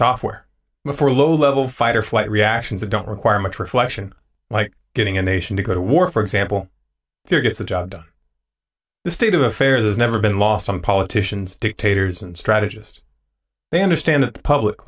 software for low level fight or flight reactions that don't require much reflection like getting a nation to go to war for example here gets the job done the state of affairs has never been lost on politicians dictators and strategist they understand that the public